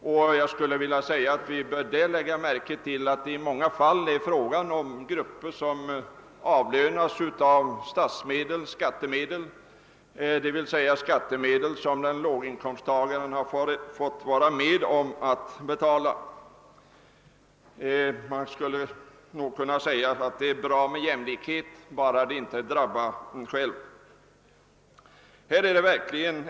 I det sammanhanget bör vi lägga märke till att det ofta rör sig om grupper som avlönas med statsmedel, alltså med skattemedel. Låginkomsttagaren får alltså vara med och betala lönerna för dessa grupper. Det är tydligen bra med jämlikhet bara den inte drabbar en själv.